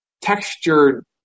textured